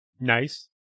Nice